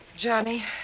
Johnny